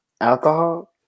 Alcohol